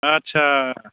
आच्चा